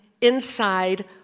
inside